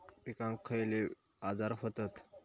पिकांक खयले आजार व्हतत?